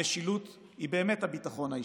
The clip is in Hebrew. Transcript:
המשילות היא באמת הביטחון האישי.